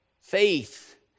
Faith